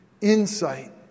insight